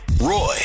Roy